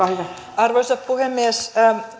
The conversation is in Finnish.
arvoisa puhemies